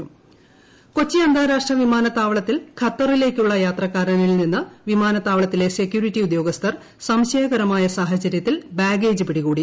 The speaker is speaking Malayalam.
ബാഗേജ് പിടികൂടി കൊച്ചി അന്താരാഷ്ട്ര വിമാനത്താവളത്തിൽ ഖത്തറിലേക്കുള്ള യാത്രക്കാരനിൽ നിന്ന് വിമാനത്താവളത്തിലെ സെക്യൂരിറ്റി ഉദ്യോഗസ്ഥർ സംശയകരമായ സാഹര്യത്തിൽ ബാഗേജ് പിടികൂടി